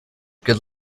good